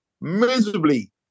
miserably